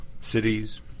cities